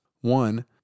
One